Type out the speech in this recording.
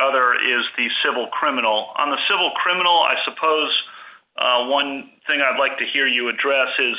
other is the civil criminal on the civil criminal i suppose one thing i'd like to hear you address is